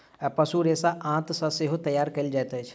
पशु रेशा आंत सॅ सेहो तैयार कयल जाइत अछि